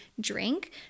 drink